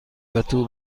پتو